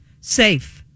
safe